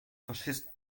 faschisten